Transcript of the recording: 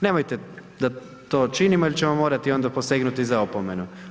Nemojte da to činimo jer ćemo morati onda posegnuti za opomenom.